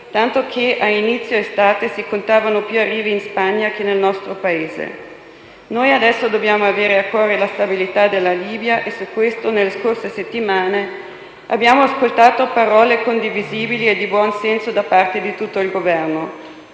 tanto che a inizio estate si contavano più arrivi in Spagna che nel nostro Paese. Adesso dobbiamo avere a cuore la stabilità della Libia e su questo, nelle scorse settimane, abbiamo ascoltato parole condivisibili e di buon senso da parte di tutto il Governo.